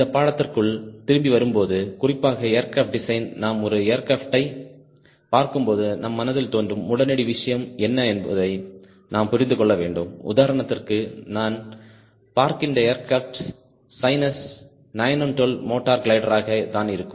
இந்த பாடத்திட்டத்திற்குள் திரும்பி வரும்போது குறிப்பாக ஏர்கிராப்ட் டிசைன் நாம் ஒரு ஏர்கிராப்ட் யை பார்க்கும்போது நம் மனதில் தோன்றும் உடனடி விஷயம் என்ன என்பதை நாம் புரிந்து கொள்ள வேண்டும் உதாரணத்திற்கு நான் பார்க்கின்ற ஏர்கிராப்ட் சினஸ் 912 மோட்டார் கிளைடராக தான் இருக்கும்